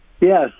Yes